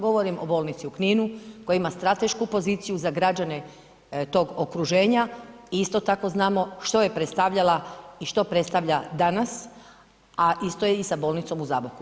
Govorim o bolnici u Kninu koja ima stratešku poziciju za građane tog okruženja i isto tako znamo što je predstavljala i što predstavlja danas, a isto je i sa bolnicom u Zaboku.